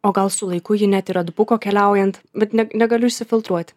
o gal su laiku ji net ir atbuko keliaujant bet ne negaliu išsifiltruoti